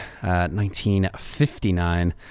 1959